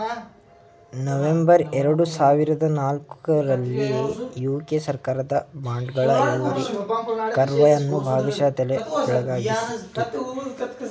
November ಎರಡು ಸಾವಿರದ ನಾಲ್ಕು ರಲ್ಲಿ ಯು.ಕೆ ಸರ್ಕಾರದ ಬಾಂಡ್ಗಳ ಇಳುವರಿ ಕರ್ವ್ ಅನ್ನು ಭಾಗಶಃ ತಲೆಕೆಳಗಾಗಿಸಿತ್ತು